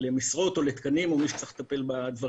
למשרות או לתקנים או למי שצריך לטפל בדברים,